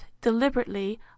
deliberately